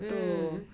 mm